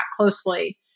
closely